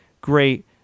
great